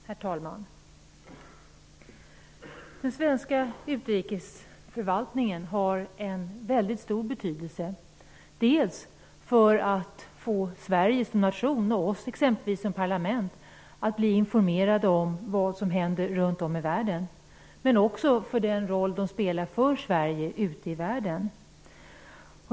Herr talman! Den svenska utrikesförvaltningen är av väldigt stor betydelse, dels för att få Sverige som nation, och då exempelvis riksdagen som parlament, att bli informerad om vad som händer runt om i världen, dels genom den roll man spelar för Sverige ute i världen.